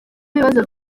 ibibazo